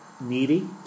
needy